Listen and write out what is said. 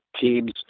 teams